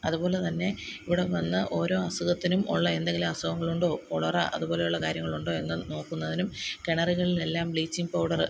അതുപോലെ തന്നെ ഇവിടെ വന്ന് ഓരോ അസുഖത്തിനും ഓൺലെ എന്തെങ്കിലുമസുഖങ്ങളുണ്ടൊ കോളറ അതുപോലെയുള്ള കാര്യങ്ങളുണ്ടോ എന്നു നോക്കുന്നതിനും കിണറുകളിലെല്ലാം ബ്ലീച്ചിങ് പൗഡർ